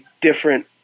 different